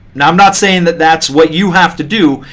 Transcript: now i'm not saying that that's what you have to do.